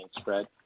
spread